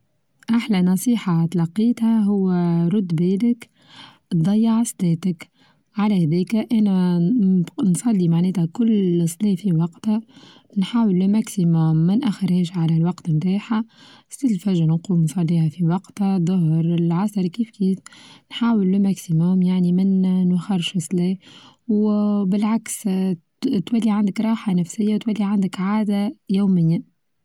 أحلى نصيحة تلاقيتها هو رد بيدك بتضيع ستاتك على أيديك أنا نصلي معناتها كل صلاة وقتها نحاول ماكسيمم منأخرهاش على الوقت بتاعها ستيل الفجر نقوم نصليها في وقتها ظهر العصر كيف كين نحاول ماكسيمم يعني منوخرش الصلاة وبالعكس تولي عندك راحة نفسية تولي عندك عادة يومية.